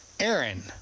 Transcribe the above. Aaron